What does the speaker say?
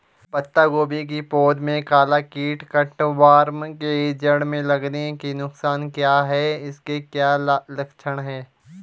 पत्ता गोभी की पौध में काला कीट कट वार्म के जड़ में लगने के नुकसान क्या हैं इसके क्या लक्षण हैं?